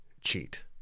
cheat